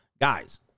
Guys